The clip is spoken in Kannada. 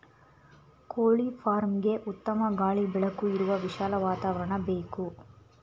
ಕೋಳಿ ಫಾರ್ಮ್ಗೆಗೆ ಉತ್ತಮ ಗಾಳಿ ಬೆಳಕು ಇರುವ ವಿಶಾಲ ವಾತಾವರಣ ಬೇಕು